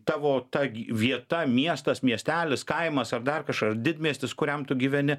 tavo ta vieta miestas miestelis kaimas ar dar kažkur didmiestis kuriam tu gyveni